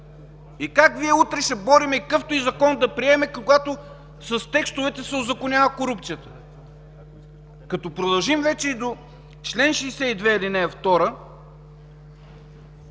И как утре ще борим, какъвто и закон да приемем, когато с текстовете се узаконява корупцията? Като продължим вече и до чл. 62, ал. 2,